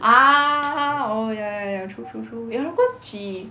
ah oh ya ya ya true true true ya lor cause she